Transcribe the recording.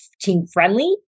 team-friendly